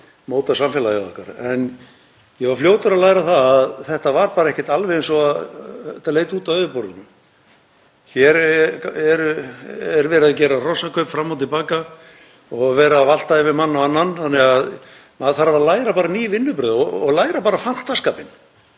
móta samfélagið okkar. En ég var fljótur að læra að þetta var bara ekkert alveg eins og þetta leit út á yfirborðinu. Hér er verið að gera hrossakaup fram og til baka og verið að valta yfir mann og annan. Þannig að maður þarf að læra ný vinnubrögð og læra bara fantaskapinn